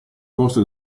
costo